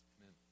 Amen